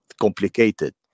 complicated